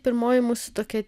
pirmoji mūsų tokia